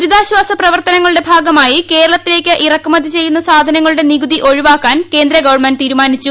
ദുരിതാശ്വാസ പ്രവർത്തനങ്ങളുടെ ഭാഗമായി കേരളത്തിലേക്ക് ഇറക്കുമതി ചെയ്യുന്ന സാധനങ്ങളുടെ നികുതി ഒഴിവാക്കാൻ കേന്ദ്ര ഗവൺമെന്റ് തീരുമാനിച്ചു